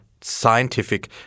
scientific